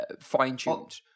fine-tuned